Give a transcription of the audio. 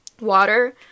water